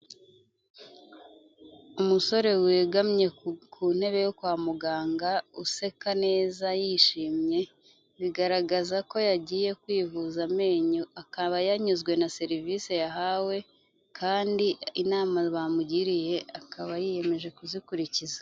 Umusore wegamye ku ntebe yo kwa muganga, useka neza yishimye, bigaragaza ko yagiye kwivuza amenyo, akaba yanyuzwe na serivisi yahawe kandi inama bamugiriye akaba yiyemeje kuzikurikiza.